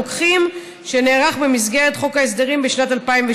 הרוקחים (התאמות יבוא ויצוא תמרוקים) היא של חבר הכנסת אלאלוף,